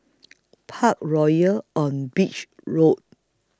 Parkroyal on Beach Road